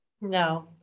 No